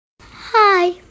Hi